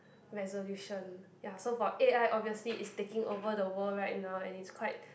resolution ya so for a_i obviously is taking over the world right now and it's quite